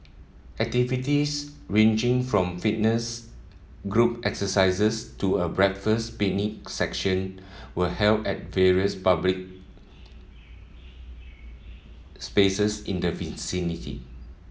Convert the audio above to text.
activities ranging from fitness group exercises to a breakfast picnic session were held at various public spaces in the vicinity